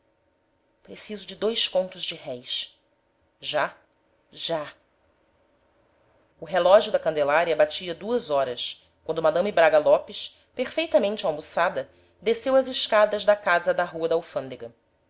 preciso de dois contos de reis já já o relógio da candelária batia duas horas quando mme braga lopes perfeitamente almoçada desceu as escadas da casa da rua da alfândega